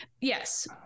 Yes